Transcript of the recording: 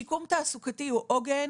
שיקום תעסוקתי הוא עוגן